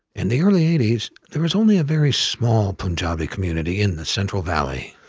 in the early eighty s, there was only a very small punjabi community in the central valley.